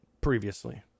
previously